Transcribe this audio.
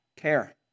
care